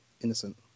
innocent